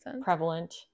prevalent